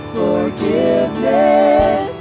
forgiveness